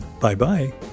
Bye-bye